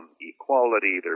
equality